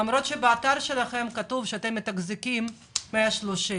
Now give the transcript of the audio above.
למרות שבאתר שלכם כתוב שאתם מתחזקים 130,